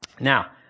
Now